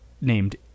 named